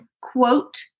quote